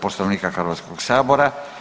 Poslovnika Hrvatskoga sabora.